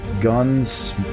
Guns